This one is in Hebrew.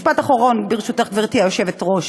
משפט אחרון, ברשותך, גברתי היושבת-ראש.